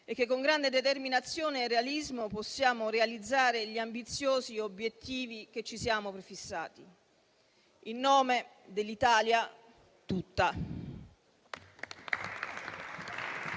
e che, con grande determinazione e realismo, possiamo realizzare gli ambiziosi obiettivi che ci siamo prefissati, in nome dell'Italia tutta.